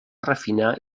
refinar